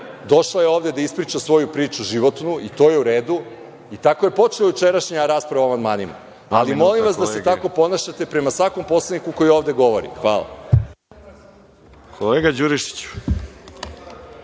došla je ovde da ispriča svoju priču životnu, to je u redu i tako je počela jučerašnja rasprava o amandmanima. Molim vas da se tako ponašate prema svakom poslaniku koji ovde govori. Hvala. **Veroljub